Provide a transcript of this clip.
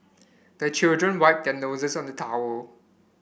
the children wipe their noses on the towel